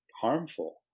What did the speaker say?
harmful